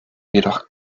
jedoch